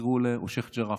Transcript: או שייח' ג'ראח,